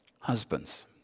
Husbands